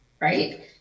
right